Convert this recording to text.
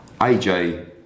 AJ